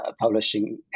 publishing